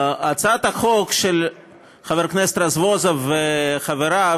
הצעת החוק של חבר הכנסת רזבוזוב וחבריו